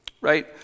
right